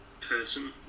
person